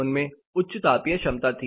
उनमें उच्च तापीय क्षमता थी